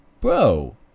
bro